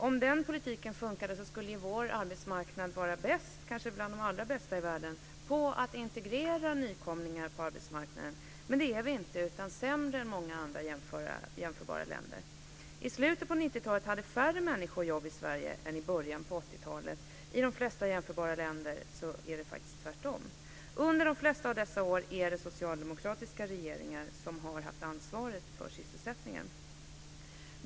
Om den politiken funkade skulle ju vår arbetsmarknad vara bäst, kanske bland de allra bästa i världen, på att integrera nykomlingar på arbetsmarknaden. Men det är vi inte, utan sämre än många andra jämförbara länder. Sverige än i början av 80-talet. I de flesta jämförbara länder är det faktiskt tvärtom. Under de flesta av dessa år är det socialdemokratiska regeringar som har haft ansvaret för sysselsättningen.